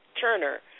Turner